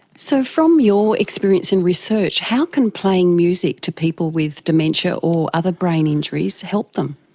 so from your experience in research, how can playing music to people with dementia or other brain injuries help them?